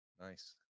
nice